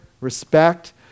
respect